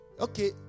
Okay